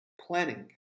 Planning